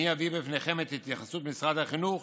אני אביא בפניכם את התייחסות משרד החינוך